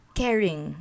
caring